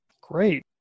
Great